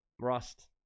rust